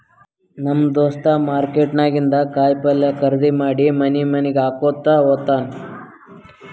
ನಮ್ ದೋಸ್ತ ಮಾರ್ಕೆಟ್ ನಾಗಿಂದ್ ಕಾಯಿ ಪಲ್ಯ ಖರ್ದಿ ಮಾಡಿ ಮನಿ ಮನಿಗ್ ಹಾಕೊತ್ತ ಹೋತ್ತಾನ್